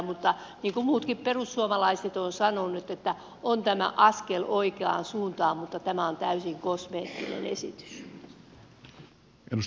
mutta niin kuin muutkin perussuomalaiset ovat sanoneet on tämä askel oikeaan suuntaan mutta tämä on täysin kosmeettinen esitys